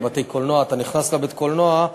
בבתי-קולנוע: אתה נכנס לבית-קולנוע,